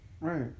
Right